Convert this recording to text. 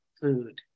food